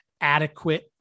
adequate